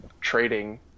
trading